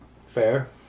Fair